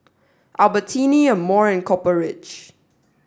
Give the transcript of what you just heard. Albertini Amore and Copper Ridge